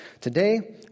Today